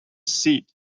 seat